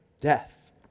death